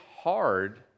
hard